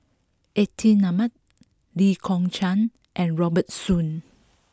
Atin Amat Lee Kong Chian and Robert Soon